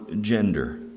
gender